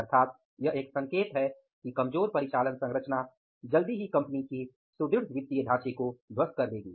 अर्थात यह एक संकेत है कि कमजोर परिचालन संरचना जल्द ही कंपनी की सुदृढ़ वित्तीय ढांचे को ध्वस्त कर देगी